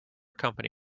company